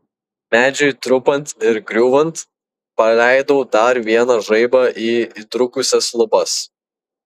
medžiui trupant ir griūvant paleidau dar vieną žaibą į įtrūkusias lubas